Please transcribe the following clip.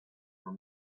were